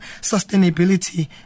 sustainability